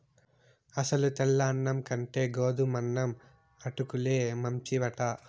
అసలు తెల్ల అన్నం కంటే గోధుమన్నం అటుకుల్లే మంచివట